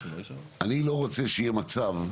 אני לא רוצה שיהיה מצב,